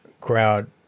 crowd